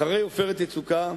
אחרי "עופרת יצוקה"